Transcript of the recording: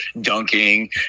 dunking